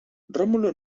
rómulo